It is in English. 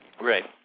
Right